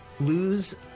lose